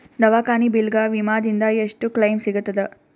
ದವಾಖಾನಿ ಬಿಲ್ ಗ ವಿಮಾ ದಿಂದ ಎಷ್ಟು ಕ್ಲೈಮ್ ಸಿಗತದ?